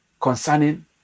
concerning